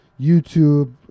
YouTube